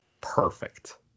Perfect